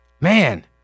Man